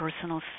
personal